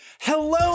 Hello